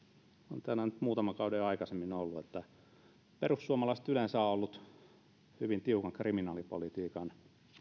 olen täällä nyt muutaman kauden jo aikaisemmin ollut ja perussuomalaiset yleensä ovat olleet hyvin tiukan kriminaalipolitiikan